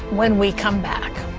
when we come back.